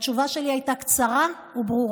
התשובה שלי הייתה קצרה וברורה: